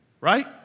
Right